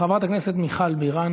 חברת הכנסת מיכל בירן,